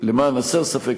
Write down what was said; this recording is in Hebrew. למען הסר ספק,